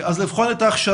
אז הוא יבחן את ההכשרה,